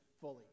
fully